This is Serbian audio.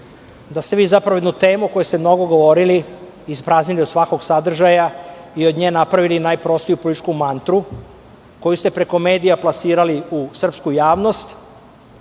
da ste vi zapravo jednu temu o kojoj ste mnogo govorili ispraznili od svakog sadržaja i od nje napravili najprostiju političku mantru koju ste preko medija plasirali u srpsku javnost.